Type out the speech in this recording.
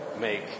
make